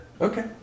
Okay